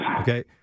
Okay